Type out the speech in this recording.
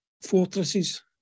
fortresses